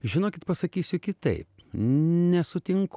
žinokit pasakysiu kitaip nesutinku